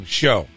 show